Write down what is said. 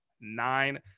nine